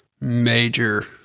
major